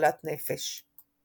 למחלת נפש.